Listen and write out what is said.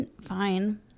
fine